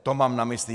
To mám na mysli.